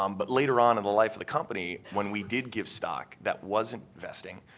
um but later on in the life of the company, when we did give stock that wasn't vesting,